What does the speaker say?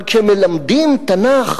אבל כשמלמדים תנ"ך